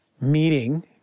meeting